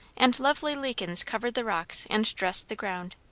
and lovely lichens covered the rocks and dressed the ground.